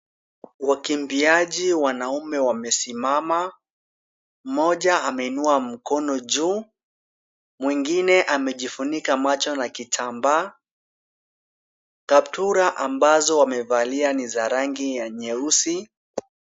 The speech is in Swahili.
Wakimbiaji wanaume wamesimama. Mmoja ameinua mkono juu, mwingine amejifunika macho na kitambaa. Kaptura ambazo wamevalia ni za rangi ya nyeusi.